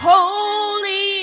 Holy